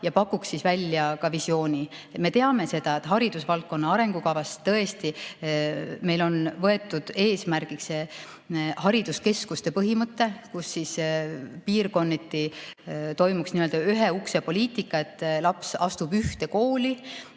ja pakuks välja ka visiooni. Me teame seda, et haridusvaldkonna arengukavas on meil võetud eesmärgiks hariduskeskuste põhimõte, kus piirkonniti toimuks nii‑öelda ühe ukse poliitika, et laps astub ühte kooli,